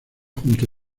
junto